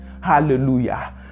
hallelujah